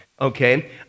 okay